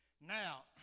Now